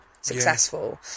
successful